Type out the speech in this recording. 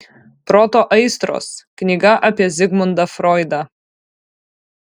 proto aistros knyga apie zigmundą froidą